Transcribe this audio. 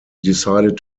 decided